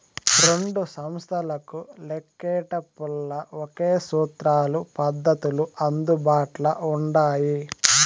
రెండు సంస్తలకు లెక్కేటపుల్ల ఒకే సూత్రాలు, పద్దతులు అందుబాట్ల ఉండాయి